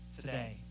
today